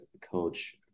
Coach